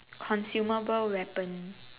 consumable weapon